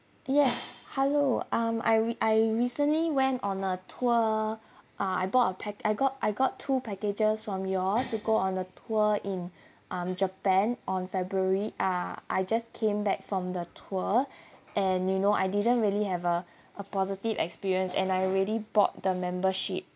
yes hello um I re~ I recently went on a tour uh I bought a pack~ I got I got two packages from your to go on a tour in uh japan on february ah I just came back from the tour and you know I didn't really have a a positive experience and I already bought the membership